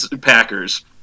Packers